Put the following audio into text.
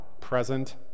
present